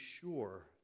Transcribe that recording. sure